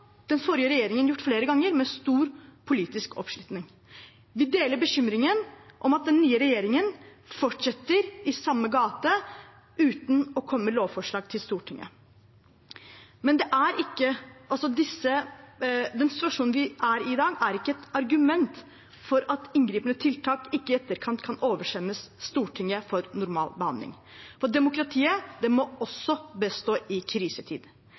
den forrige regjeringen gjort flere ganger, med stor politisk oppslutning. Vi deler bekymringen om at den nye regjeringen fortsetter i samme gate, uten å komme med lovforslag til Stortinget. Den situasjonen vi er i i dag, er ikke et argument for at inngripende tiltak ikke i etterkant kan oversendes Stortinget for normal behandling. For demokratiet må også bestå i krisetid.